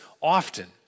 often